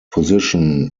position